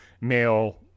male